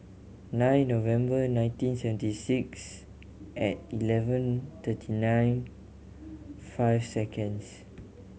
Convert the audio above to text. nine November nineteen seventy six at eleven thirty nine five seconds